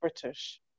British